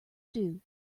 due